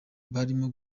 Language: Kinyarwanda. barimo